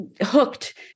hooked